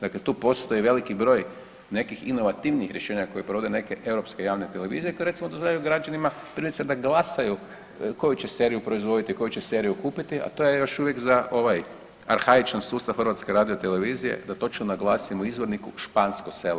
Dakle tu postoji veliki broj nekih inovativnih rješenja koje provode neke europske javne televizije koje recimo dozvoljavaju građanima primjerice da glasaju koju će seriju proizvoditi, koju će seriju kupiti a to je još uvijek za ovaj arhaičan sustav Hrvatske radiotelevizije da točno naglasim u izvorniku „špansko selo“